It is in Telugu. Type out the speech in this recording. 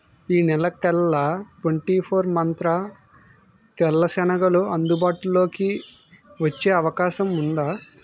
ఈ నెలకల్లా ట్వెంటీ ఫోర్ మంత్ర తెల్ల శనగలు అందుబాటులోకి వచ్చే అవకాశం ఉందా